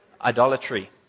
Idolatry